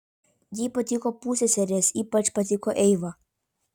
jai patiko pusseserės ypač patiko eiva